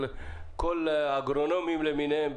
של כל האגרונומים למיניהם,